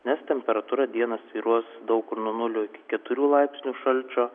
nes temperatūra dieną svyruos daug kur nuo nulio iki keturių laipsnių šalčio